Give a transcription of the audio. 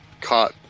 caught